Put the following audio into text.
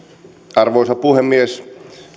arvoisa puhemies